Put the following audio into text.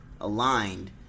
aligned